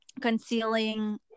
concealing